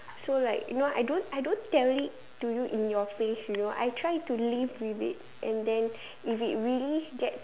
so like you know I don't I don't tell it to you in your face you know I try to live with it and then if it really gets